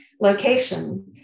location